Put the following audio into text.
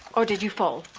or did you fall.